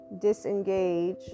disengage